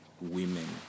women